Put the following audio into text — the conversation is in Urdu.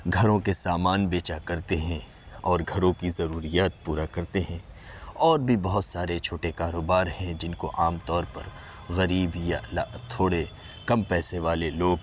گھروں کے سامان بیچا کرتے ہیں اور گھروں کی ضروریات پورا کرتے ہیں اور بھی بہت سارے چھوٹے کاروبار ہیں جن کو عام طور پر غریب یا لا تھوڑے کم پیسے والے لوگ